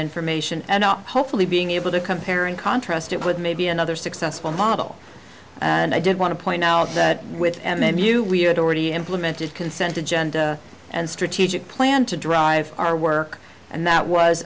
information and hopefully being able to compare and contrast it with maybe another successful model and i did want to point out that with and they knew we had already implemented consent agenda and strategic plan to drive our work and that was